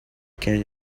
key